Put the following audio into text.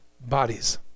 bodies